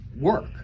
work